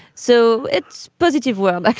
so it's positive world